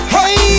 Hey